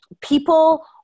people